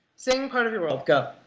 sing part of your world, go.